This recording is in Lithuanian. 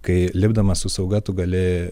kai lipdamas su sauga tu gali